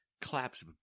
claps